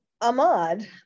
Ahmad